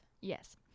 Yes